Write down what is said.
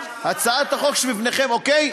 הצעת החוק שבפניכם, אוקיי?